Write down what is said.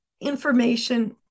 information